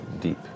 deep